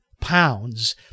pounds